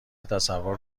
تصور